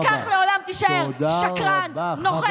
תודה רבה.